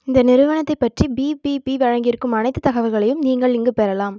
இந்த நிறுவனத்தைப் பற்றி பிபிபி வழங்கியிருக்கும் அனைத்துத் தகவல்களையும் நீங்கள் இங்கு பெறலாம்